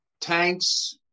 tanks